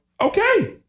okay